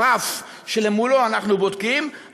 הרף שמולו אנחנו בודקים,